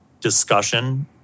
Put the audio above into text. discussion